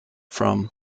from